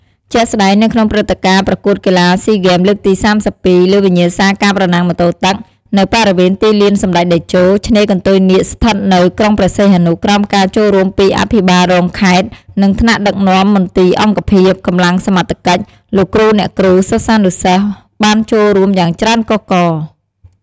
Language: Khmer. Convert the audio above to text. ជាក់ស្តែង នៅក្នុងព្រឹត្តិការណ៍ប្រកួតកីឡាស៊ីហ្គេមលើកទី៣២ លើវិញ្ញាសាការប្រណាំងម៉ូតូទឹក នៅបរិវេណទីលានសម្ដេចតេជោ ឆ្នេរកន្ទុយនាគស្ថិតនៅ ក្រុងព្រះសីហនុ ក្រោមការចូលរួមពី អភិបាលរងខេត្ត និងថ្នាក់ដឹកនាំមន្ទីរអង្គភាព កម្លាំងសមត្ថកិច្ច លោកគ្រូអ្នកគ្រូ សិស្សានុសិស្ស បានចូលរួមយ៉ាងច្រើនកុះករ។